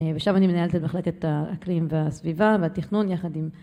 ושם אני מנהלת את מחלקת האקלים והסביבה והתכנון יחד עם.